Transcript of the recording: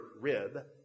Rib